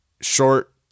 short